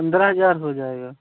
पंद्रह हज़ार हो जाएगा